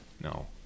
No